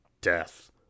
death